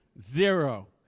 zero